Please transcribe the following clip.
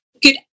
good